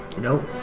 Nope